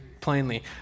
plainly